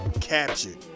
Captured